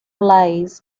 lies